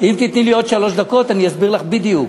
אם תיתני לי עוד שלוש דקות, אני אסביר לך בדיוק.